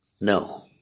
No